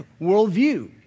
worldview